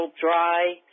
dry